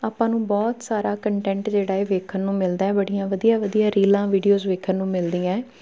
ਆਪਾਂ ਨੂੰ ਬਹੁਤ ਸਾਰਾ ਕੰਟੈਂਟ ਜਿਹੜਾ ਏ ਵੇਖਣ ਨੂੰ ਮਿਲਦਾ ਬੜੀਆਂ ਵਧੀਆ ਵਧੀਆ ਰੀਲਾਂ ਵੀਡੀਓਜ਼ ਵੇਖਣ ਨੂੰ ਮਿਲਦੀਆਂ ਐਂ